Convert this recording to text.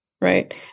right